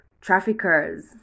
Traffickers